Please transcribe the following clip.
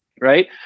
right